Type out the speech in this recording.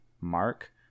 mark